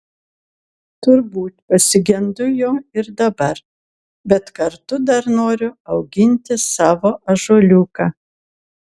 turbūt pasigendu jo ir dabar bet kartu dar noriu auginti savo ąžuoliuką